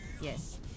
Yes